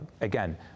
again